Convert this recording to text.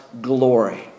glory